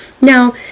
Now